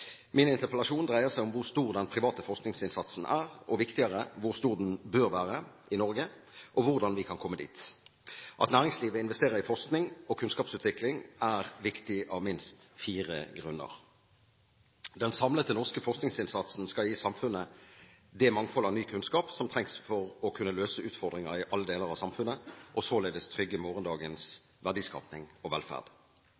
Min interpellasjon dreier seg om hvor stor den private forskningsinnsatsen er, og – viktigere – hvor stor den bør være i Norge, og hvordan vi skal komme dit. At næringslivet investerer i forskning og kunnskapsutvikling, er viktig av minst fire grunner: Den samlede norske forskningsinnsatsen skal gi samfunnet det mangfold av ny kunnskap som trengs for å kunne løse utfordringer i alle deler av samfunnet, og således trygge